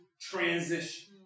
transition